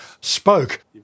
spoke